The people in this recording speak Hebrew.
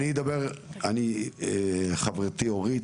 חברתי אורית,